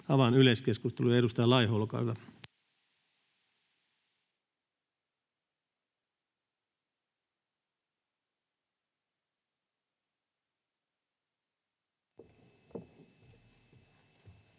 Avaan yleiskeskustelun. Edustaja Laiho, olkaa hyvä.